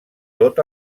tot